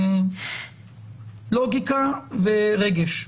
לוגיקה ורגש.